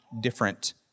different